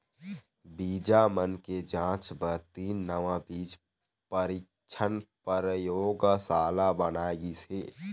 बीजा मन के जांच बर तीन नवा बीज परीक्छन परयोगसाला बनाए गिस हे